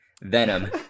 Venom